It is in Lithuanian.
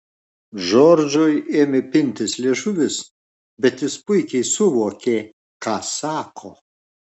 džordžui ėmė pintis liežuvis bet jis puikiai suvokė ką sako